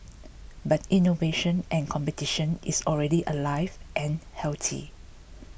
but innovation and competition is already alive and healthy